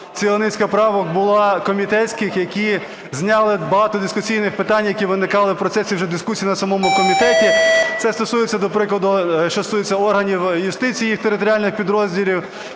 Ціла низка правок була комітетських, які зняли багато дискусійних питань, які виникали в процесі вже дискусії на самому комітеті. Це стосується, до прикладу, що стосується органів юстиції, їх територіальних підрозділів,